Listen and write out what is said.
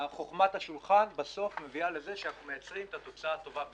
חוכמת השולחן בסוף מביאה לכך שאנחנו מייצרים את התוצאה הטובה ביותר.